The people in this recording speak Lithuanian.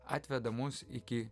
atveda mus iki